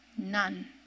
none